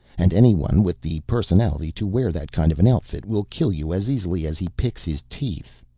and anyone with the personality to wear that kind of an outfit will kill you as easily as he picks his teeth.